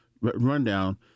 rundown